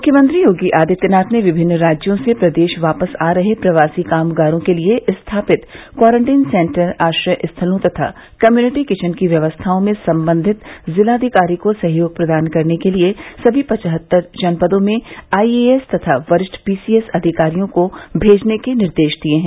मुख्यमंत्री योगी आदित्यनाथ ने विभिन्न राज्यों से प्रदेश वापस आ रहे प्रवासी कामगारों के लिए स्थापित क्वारंटीन सेन्टर आश्रय स्थलों तथा कम्युनिटी किचन की व्यवस्थाओं में सम्बन्धित जिलाधिकारी को सहयोग प्रदान करने के लिए सभी पचहत्तर जनपदों में आईएएस तथा वरिष्ठ पीसीएस अधिकारियों को भेजने के निर्देश दिए हैं